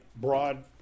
broad